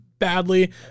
Badly